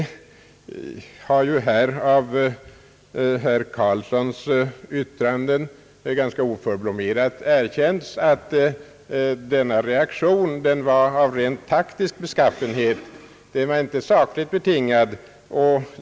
Herr Karlsson har ganska oförblommerat erkänt att denna reaktion var rent taktisk, den var inte sakligt betingad.